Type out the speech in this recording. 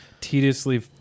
tediously